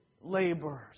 laborers